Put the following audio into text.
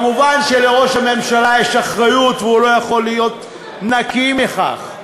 מובן שלראש הממשלה יש אחריות והוא לא יכול להיות נקי מכך.